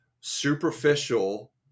superficial